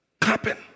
clapping